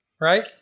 Right